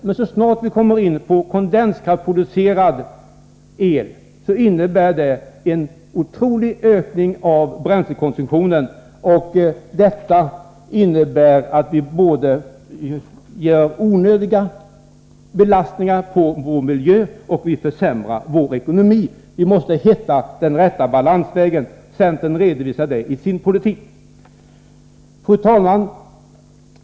Men kommer vi in på kondenskraftsproducerad el innebär det en otrolig ökning av bränslekonsumtionen, och detta betyder att vi både utsätter vår miljö för onödiga belastningar och försämrar vår ekonomi. Vi måste hitta den rätta medelvägen. Centern redovisar den i sin politik. Fru talman!